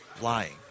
lying